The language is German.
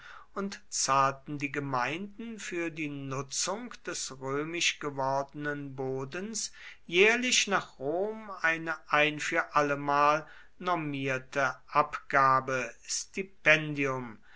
und zahlten die gemeinden für die nutzung des römisch gewordenen bodens jährlich nach rom eine ein für allemal normierte abgabe